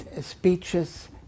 speeches